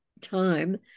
time